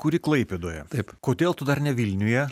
kuri klaipėdoje taip kodėl tu dar ne vilniuje